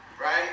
Right